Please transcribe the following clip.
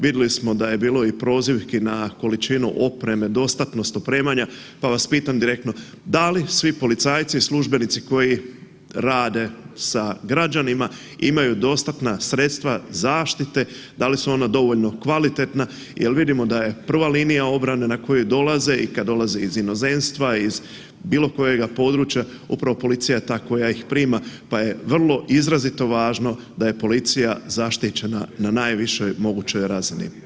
Vidli smo da je bilo i prozivki na količinu opreme, dostatnost opremanja, pa vas pitam direktno, da li svi policajci i službenici koji rade sa građanima imaju dostatna sredstva zaštite, da li su ona dovoljno kvalitetna jel vidio da je prva linija obrane na koju dolaze i kad dolaze iz inozemstva iz bilo kojega područja, upravo je policija ta koja ih prima pa je vrlo izrazito važno da je policija zaštićena na najvišoj mogućoj razini.